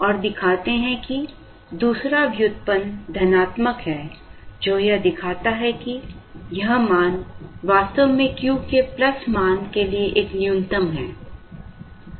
और दिखाते हैं कि दूसरा व्युत्पन्न धनात्मक है जो यह दिखाता है कि यह मान वास्तव में Q के प्लस मान के लिए एक न्यूनतम है